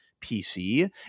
PC